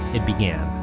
it began.